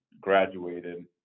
graduated